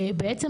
בעצם,